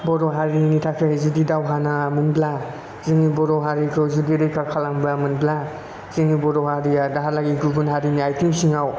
बर' हारिनि थाखाय दावहा नाङामोनब्ला जोंनि बर' हारिखो जुदि रैखा खालामा मोनब्ला जोंनि बर' हारिया दाहालागै गुबुननि हारिनि आथिं सिङाव